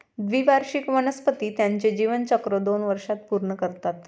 द्विवार्षिक वनस्पती त्यांचे जीवनचक्र दोन वर्षांत पूर्ण करतात